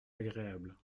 agréable